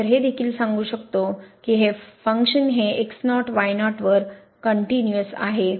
तर हे देखील सांगू शकतो की फंक्शन हे वर कनटयूनि आहे